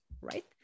right